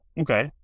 Okay